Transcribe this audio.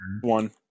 one